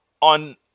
on